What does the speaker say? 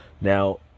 now